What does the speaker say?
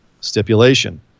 stipulation